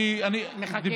אתה מחכה להודעה מהם?